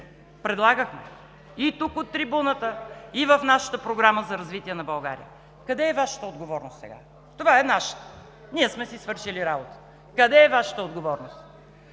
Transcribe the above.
Предлагахме – и тук от трибуната, и в нашата програма за развитие на България. Къде е Вашата отговорност сега?! Това е нашата. Ние сме си свършили работата. Къде е Вашата отговорност?